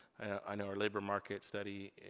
i know our labor market study,